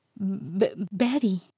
Betty